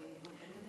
אז אנחנו ממתינים